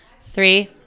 Three